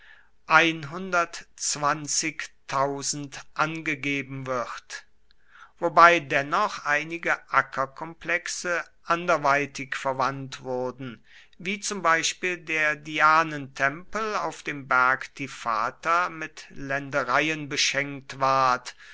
angegeben wird wobei dennoch einige ackerkomplexe anderweitig verwandt wurden wie zum beispiel der dianentempel auf dem berg tifata mit ländereien beschenkt ward